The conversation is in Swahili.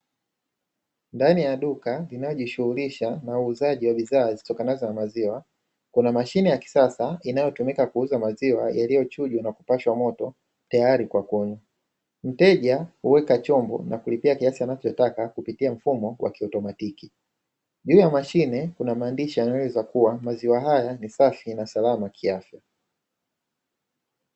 Ndani ya duka linalojishughulisha na uuzaji wa bidhaa zitokanazo na maziwa, kuna mashine ya kisasa inayotumika kuuza maziwa iliyochujwa na kupashwa moto tayari kwa kunywa, mteja huweka chombo na kulipia kiasi anachotaka kupitia mfumo wa kiutomatiki, juu ya mashine kuna maandishi yanaweza kuwa maziwa haya ni safi na salama kiafya